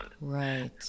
Right